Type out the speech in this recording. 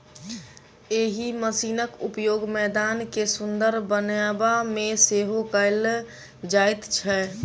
एहि मशीनक उपयोग मैदान के सुंदर बनयबा मे सेहो कयल जाइत छै